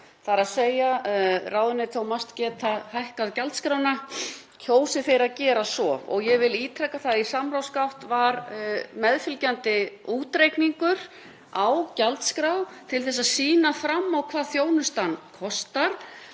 dag, þ.e. ráðuneyti og MAST geta hækkað gjaldskrána kjósi þeir að gera svo. Ég vil ítreka það að í samráðsgátt var meðfylgjandi útreikningur á gjaldskrá til að sýna fram á hvað þjónustan kostar.